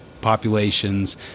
Populations